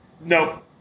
Nope